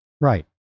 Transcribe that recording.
Right